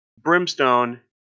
Brimstone